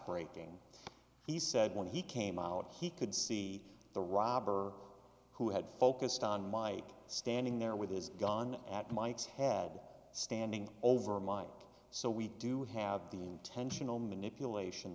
breaking he said when he came out he could see the robber who had focused on my standing there with his gun at mike's had standing over mine so we do have the intentional manipulation